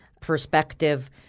perspective